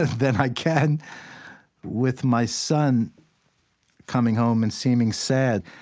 than i can with my son coming home and seeming sad.